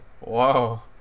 Wow